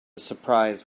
surprise